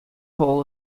hall